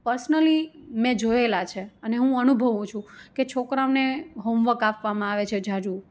personally મેં જોએલા છે અને હું અનુભવું છું કે છોકરાઓને હોમવર્ક આપવામાં આવે છે ઝાઝું